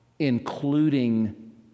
including